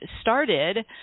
started